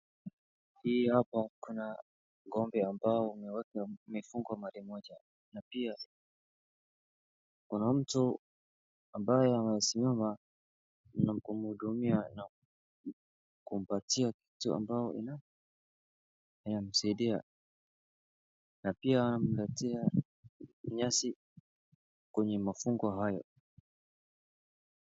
Hii hapa kuna ng'ombe ambao wamefungwa mahali moja na pia kuna mtu ambaye anasimama na kumpatia kitu ambayo inamsaidia na pia wanapatia nyasi kwenye mafungo hayo.